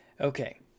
Okay